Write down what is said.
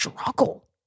struggle